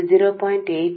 కాబట్టి VT 0